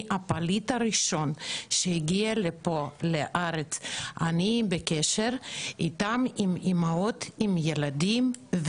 מהפליט הראשון שהגיע לארץ אני בקשר עם אימהות לילדים.